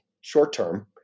short-term